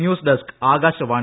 news desk Akashvani